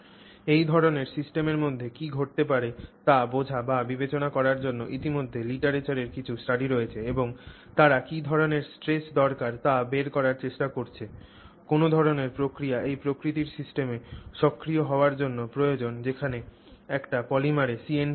এই ধরণের সিস্টেমের মধ্যে কী ঘটতে পারে তা বোঝা বা বিবেচনা করার জন্য ইতিমধ্যে লিটারেচারে কিছু স্টাডি রয়েছে এবং তারা কী ধরণের স্ট্রেস দরকার তা বের করার চেষ্টা করেছে কোন ধরণের প্রক্রিয়া এই প্রকৃতির সিস্টেমে সক্রিয় হওয়ার জন্য প্রয়োজন যেখানে একটি পলিমারে CNT রয়েছে